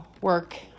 work